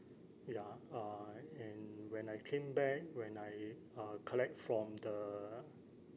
ya uh and when I came back when I uh collect from the